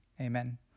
amen